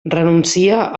renuncia